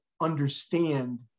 understand